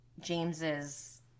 James's